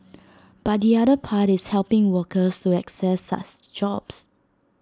but the other part is helping workers to access jobs